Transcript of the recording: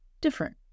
different